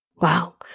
Wow